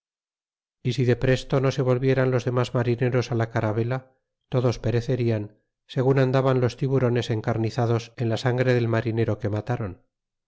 y si depresto no se volvieran los demas marineros la caravela todos perecieran segun andaban los tiburones encarnizados en la sangre del marinero que matron